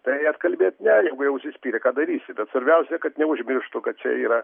tai atkalbėt ne jeigu jau užsispyrė ką darysi bet svarbiausia kad neužmirštų kad čia yra